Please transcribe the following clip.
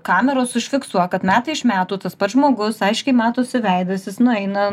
kameros užfiksuo kad metai iš metų tas pats žmogus aiškiai matosi veidas jis nueina